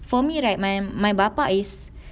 for me right my my bapa is